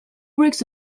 breaks